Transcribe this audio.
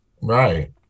Right